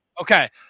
Okay